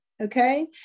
okay